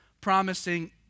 promising